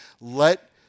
let